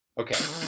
Okay